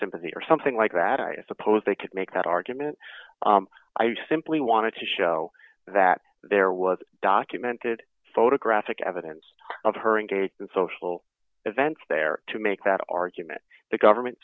sympathy or something like that i suppose they could make that argument i just simply wanted to show that there was documented photographic evidence of her engaged in social events there to make that argument the government